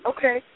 Okay